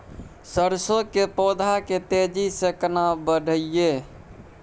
सरसो के पौधा के तेजी से केना बढईये?